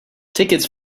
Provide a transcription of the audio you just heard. tickets